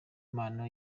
impano